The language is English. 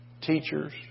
teachers